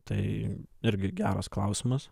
tai irgi geras klausimas